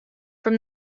from